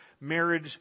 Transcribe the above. marriage